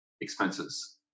expenses